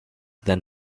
then